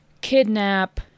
kidnap